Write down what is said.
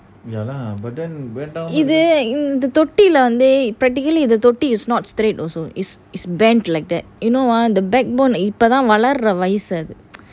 இது இந்த தொட்டி வந்து தொட்டி:ithu intha thotti vanthu thotti practically is not straight also it's bend like that you know what backbone இப்போ தான் வளர வயசு:ipo thaan valara vayasu